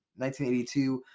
1982